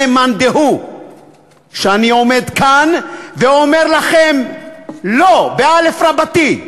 מאן דהוא שאני עומד כאן ואומר לכם לא באל"ף רבתי,